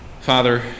Father